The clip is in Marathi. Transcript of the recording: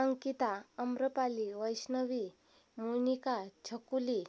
अंकिता आम्रपाली वैष्णवी मोनिका छकुली